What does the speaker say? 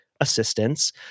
assistance